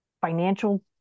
financial